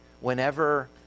whenever